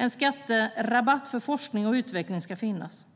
En skatterabatt för forskning och utveckling ska finnas.